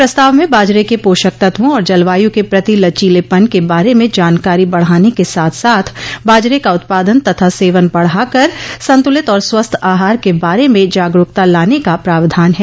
प्रस्ताव में बाजरे के पोषक तत्वों और जलवायु के प्रति लचीलेपन के बारे में जानकारी बढाने के साथ साथ बाजरे का उत्पादन तथा सेवन बढ़ाकर संतुलित और स्वस्थ आहार के बारे में जागरूकता लाने का प्रावधान है